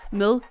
med